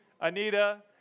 Anita